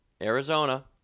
Arizona